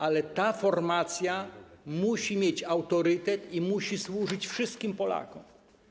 Ale ta formacja musi mieć autorytet i musi służyć wszystkim Polakom.